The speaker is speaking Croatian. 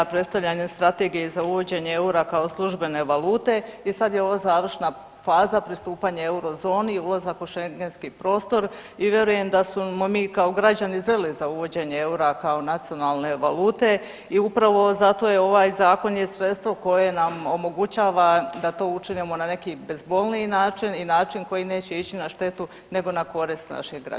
Predstavljanjem Strategije za uvođenje eura kao službene valute i sad je ovo završna faza pristupanje euro zoni, ulazak u Schengenski prostor i vjerujem da smo mi kao građani zreli za uvođenje eura kao nacionalne valute i upravo zato je ovaj zakon sredstvo koje nam omogućava da to učinimo na neki bezbolniji način i način koji neće ići na štetu nego na korist naših građana.